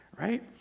right